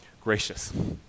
gracious